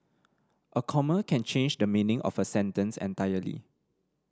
a comma can change the meaning of a sentence entirely